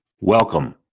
welcome